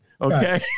Okay